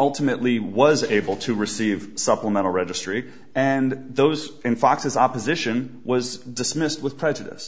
ultimately was able to receive supplemental registry and those in fox's opposition was dismissed with prejudice